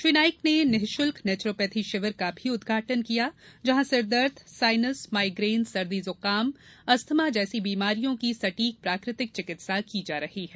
श्री नाइक ने निशुल्क नैचरोपैथी शिविर का भी उद्घाटन किया जहां सिरदर्द साईनस माईग्रेन सर्दी जुकाम अस्थमा जैसी बीमारियों की सटीक प्राकृतिक चिकित्सा की जा रही है